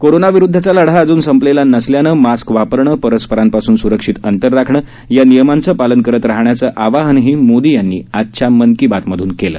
कोरोनाविरुद्धचा लढा अजूनही संपलेला नसल्यानं मास्क वापरणं परस्परांपासून सुरक्षित अंतर राखणं या नियमांचं पालन करत राहण्याचं आवाहनही मोदी यांनी आजच्या मन की बातमधून केलं